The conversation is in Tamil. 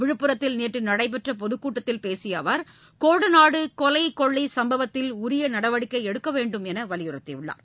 விழுப்புரத்தில் நேற்று நடைபெற்ற பொதுக்கூட்டத்தில் பேசிய அவர் கோடநாடு கொலை கொள்ளை சம்பவத்தில் உரிய நடவடிக்கை எடுக்க வேண்டும் எனவும் வலியுறுத்தினார்